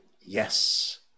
Yes